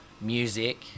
music